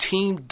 Team